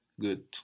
Good